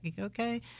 okay